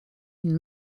une